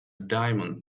diamond